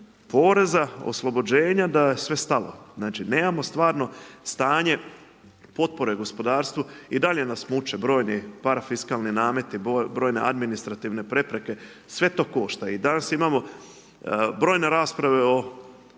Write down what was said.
poreza, oslobođenja da je sve stalo, znači nemamo stvarno stanje potpore u gospodarstvu, i dalje nas muče brojni parafiskalni nameti, brojne administrativne prepreke, sve to košta i danas imamo brojne rasprave o